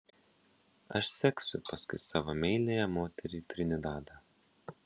aš seksiu paskui savo meiliąją moterį į trinidadą